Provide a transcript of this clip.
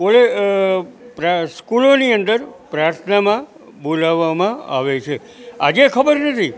કોઈ સ્કૂલોની અંદર પ્રાર્થનામાં બોલાવવામાં આવે છે આજે ખબર નથી